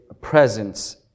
presence